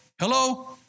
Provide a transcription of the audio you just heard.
Hello